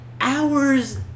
Hours